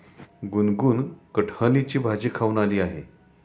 गुनगुन कठहलची भाजी खाऊन आली आहे